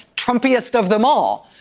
trumpiest of them all.